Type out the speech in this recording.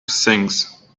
sings